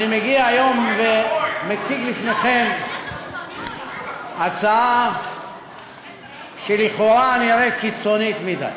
אני מגיע היום ומציג בפניכם הצעה שלכאורה נראית קיצונית מדי,